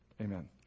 Amen